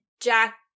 Jack